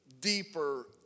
deeper